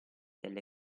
delle